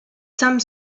some